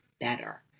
better